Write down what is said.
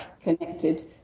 connected